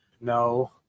No